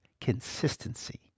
Consistency